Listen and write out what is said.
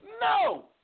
No